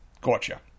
Gotcha